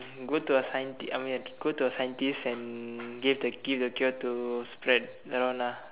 go to a scienti I mean go to a scientist and give the give the cure to spread around ah